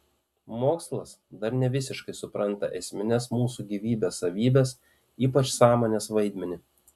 mokslas dar nevisiškai supranta esmines mūsų gyvybės savybes ypač sąmonės vaidmenį